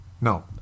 No